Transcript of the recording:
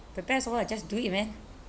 the best of all I just do it man